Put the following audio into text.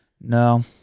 No